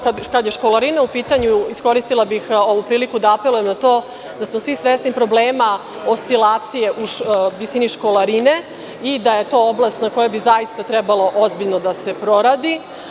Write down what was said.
Kada je školarina u pitanju, iskoristila bih ovu priliku da apelujem da smo svi svesni problema oscilacija u visini školarine, kao i da je to oblast koja treba ozbiljno da se proradi.